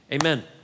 amen